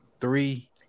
three